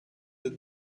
the